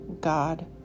God